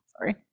sorry